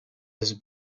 has